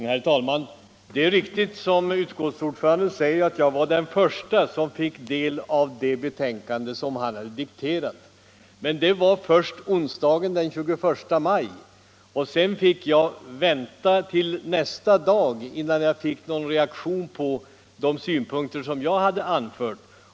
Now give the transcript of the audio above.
Herr talman! Det är riktigt, som utskottsordföranden säger, att jag var den förste som fick del av det förslag till betänkande han hade dikterat. Men det var först onsdagen den 21 maj, och sedan måste jag vänta till nästa dag innan jag fick någon reaktion på de synpunkter som jag hade anfört.